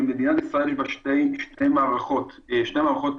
שמדינת ישראל מנהלת שתי מערכות אשראי